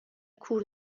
کور